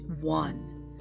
one